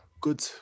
good